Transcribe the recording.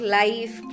life